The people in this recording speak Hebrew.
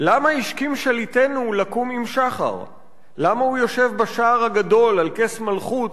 למה השכים שליטנו לקום עם שחר?/ למה הוא יושב בשער הגדול/ על כס מלכות,